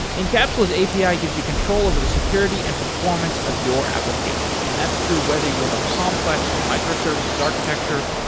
encapsula's api ah gives you control over the security and performance of your application and that's true whether you have a complex microservices architecture,